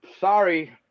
Sorry